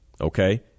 Okay